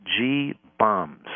G-BOMBS